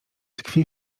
tkwi